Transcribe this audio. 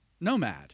nomad